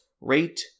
rate